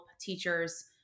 teachers